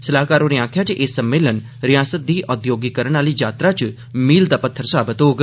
सलाह्कार होरें आखेआ जे एह् सम्मेलन रिआसता दी औद्योगिकरण आह्ली जात्तरा च मील दा पत्थर साबत होग